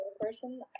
person